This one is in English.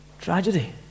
Tragedy